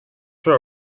were